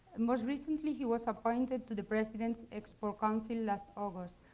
most recently, he was appointed to the president's export council last august,